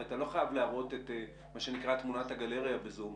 הרי אתה לא חייב להראות את כל תמונת הגלריה בזום,